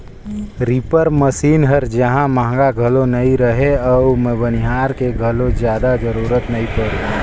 reaper machine हर जहां महंगा घलो नई रहें अउ बनिहार के घलो जादा जरूरत नई परे